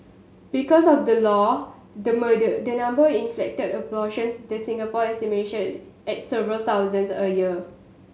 because of the law the the number in illicit abortions this Singapore estimation at several thousands a year